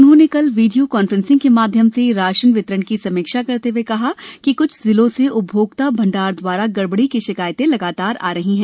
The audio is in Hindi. उन्होंने कल वीडियों कॉन्फ्रेंसिंग के माध्यम से राशन वितरण की समीक्षा करते हुए कहा कि कुछ जिलों से उपभोक्ता भंडार द्वारा गड़बड़ी की शिकायतें लगातार मिल रही है